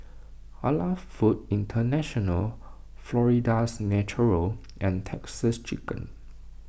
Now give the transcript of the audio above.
Halal Foods International Florida's Natural and Texas Chicken